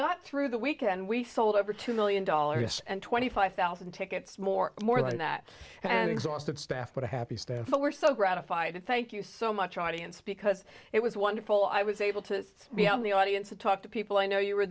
got through the weekend we sold over two million dollars and twenty five thousand tickets more more than that and exhausted staff but a happy staff were so gratified and thank you so much audience because it was wonderful i was able to be out in the audience and talk to people i know you were